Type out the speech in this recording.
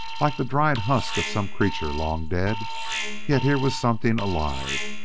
like the dried husk of some creature long dead yet here was something alive,